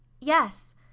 Yes